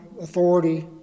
authority